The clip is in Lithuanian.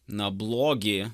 na blogį